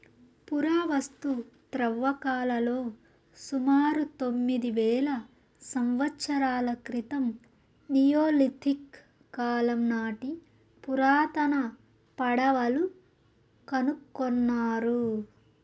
పురావస్తు త్రవ్వకాలలో సుమారు తొమ్మిది వేల సంవత్సరాల క్రితం నియోలిథిక్ కాలం నాటి పురాతన పడవలు కనుకొన్నారు